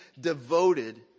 devoted